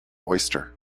oyster